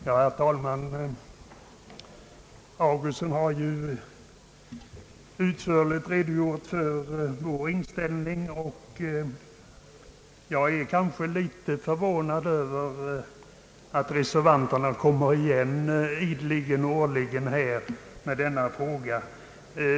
Herr talman! Herr Augustsson har utförligt redogjort för vår inställning. Jag är förvånad över att motionärerna och reservanterna årligen kommer igen med denna fråga.